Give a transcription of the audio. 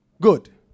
Good